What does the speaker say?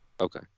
Okay